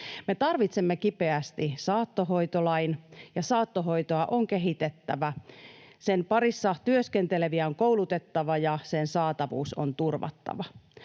Me tarvitsemme kipeästi saattohoitolain. Saattohoitoa on kehitettävä, sen parissa työskenteleviä on koulutettava, ja sen saatavuus on turvattava.